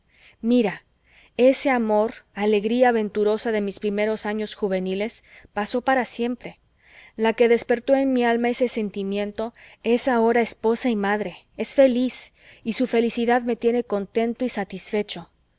mira ese amor alegría venturosa de mis primeros años juveniles pasó para siempre la que despertó en mi alma eso sentimiento es ahora esposa y madre es feliz y su felicidad me tiene contento y satisfecho